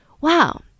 Wow